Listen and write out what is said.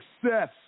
success